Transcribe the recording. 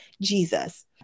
Jesus